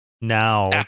now